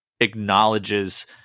acknowledges